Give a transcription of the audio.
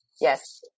yes